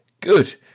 good